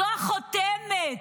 זאת החותמת,